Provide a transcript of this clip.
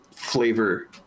flavor